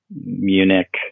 Munich